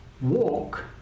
Walk